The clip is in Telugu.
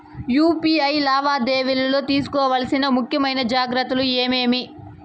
యు.పి.ఐ లావాదేవీలలో తీసుకోవాల్సిన ముఖ్యమైన జాగ్రత్తలు ఏమేమీ?